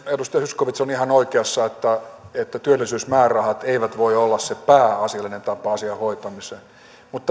edustaja zyskowicz on ihan oikeassa että työllisyysmäärärahat eivät voi olla se pääasiallinen tapa asian hoitamiseen mutta